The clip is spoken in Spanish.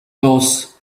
dos